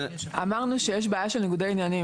אמרנו שיש בעיה של ניגודי עניינים.